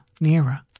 nearer